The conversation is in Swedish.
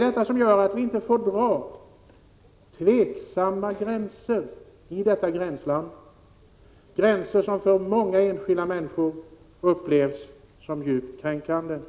Detta gör att vi inte får dra tveksamma gränser i detta gränsland, gränser som av många enskilda människor upplevs som djupt kränkande. Prot.